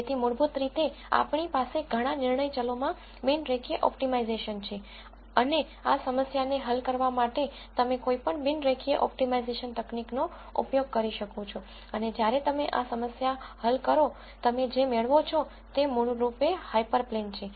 તેથી મૂળભૂત રીતે આપણી પાસે ઘણા નિર્ણય ચલોમાં બિન રેખીય ઓપ્ટિમાઇઝશન છે અને આ સમસ્યાને હલ કરવા માટે તમે કોઈપણ બિન રેખીય ઓપ્ટિમાઇઝશન તકનીક નો ઉપયોગ કરી શકો છો અને જ્યારે તમે આ સમસ્યા હલ કરો તમે જે મેળવો છો તે મૂળરૂપે હાયપરપ્લેન છે